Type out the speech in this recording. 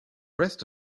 rest